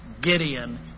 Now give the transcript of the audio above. Gideon